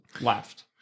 left